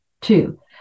Two